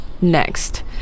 next